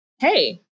Hey